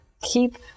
keep